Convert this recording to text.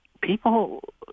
people